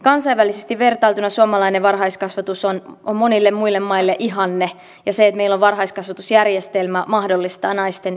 kansainvälisesti vertailtuna suomalainen varhaiskasvatus on monille muille maille ihanne ja se että meillä varhaiskasvatusjärjestelmä mahdollistaa naisten työssäkäynnin